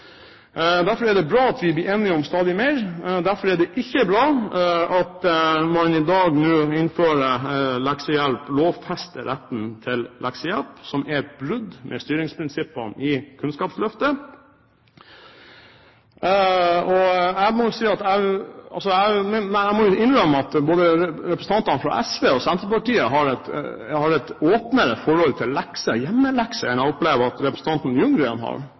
Derfor er det bra at vi blir enige om stadig mer. Derfor er det ikke bra at man nå i dag lovfester retten til leksehjelp, som er et brudd med styringsprinsippene i Kunnskapsløftet. Jeg må innrømme at representantene fra både SV og Senterpartiet har et åpnere forhold til lekser – hjemmelekser – enn jeg opplever at representanten Ljunggren har, som nærmest latterliggjør foreldrenes ønske om å bidra i skolehverdagen til sine håpefulle. Da er jeg glad for at